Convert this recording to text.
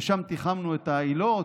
ושם תיחמנו את העילות: